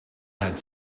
had